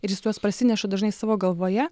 ir jis tuos parsineša dažnai savo galvoje